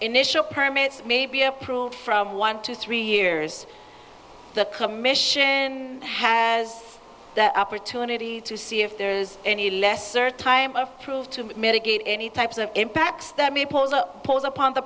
initial permits may be approved from one to three years the commission has the opportunity to see if there is any less or time of prove to mitigate any types of impacts that maples or pulls upon the